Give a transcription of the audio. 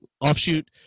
offshoot